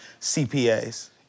CPAs